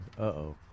Uh-oh